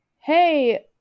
hey